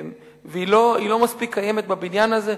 והיא לא מספיק קיימת בבניין הזה.